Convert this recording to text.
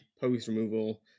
post-removal